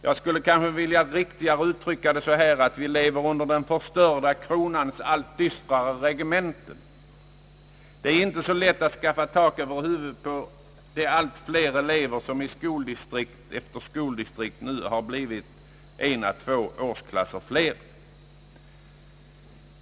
Jag skulle i stället vilja uttrycka det så att vi lever under den förstörda kronans allt dystrare regemente. Det är inte så lätt att skaffa tak över huvudet åt de elever som i det ena skoldistriktet efter det andra har blivit en å två årsklasser flera.